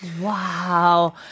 Wow